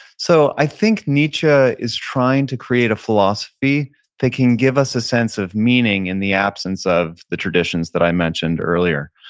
so, i think nietzsche is trying to create a philosophy that can give us a sense of meaning in the absence of the traditions that i mentioned earlier.